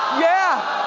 yeah,